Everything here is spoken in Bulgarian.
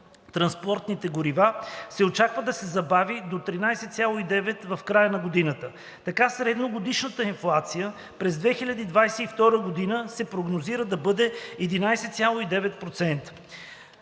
транспортните горива се очаква да се забави до 13,9% в края на годината. Средногодишната инфлация през 2022 г. се прогнозира да бъде 11,9%.